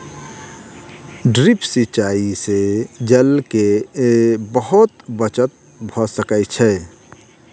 drip सिचाई से जल के बहुत बचत भ सकै छै